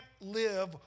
live